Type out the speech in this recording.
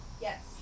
Yes